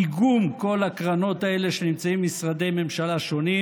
איגום כל הקרנות האלה שנמצאות במשרדי ממשלה שונים